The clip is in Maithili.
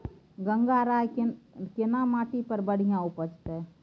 गंगराय केना माटी पर बढ़िया उपजते?